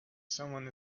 someone